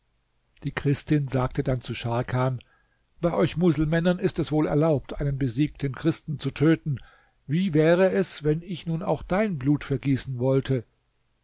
die christin sagte dann zu scharkan bei euch muselmännern ist es wohl erlaubt einen besiegten christen zu töten wie wäre es wenn ich nun auch dein blut vergießen wollte